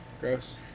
Gross